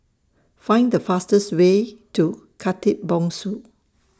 Find The fastest Way to Khatib Bongsu